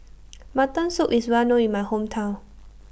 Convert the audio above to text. Mutton Soup IS Well known in My Hometown